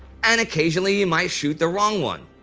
and occasionally you might shoot the wrong one.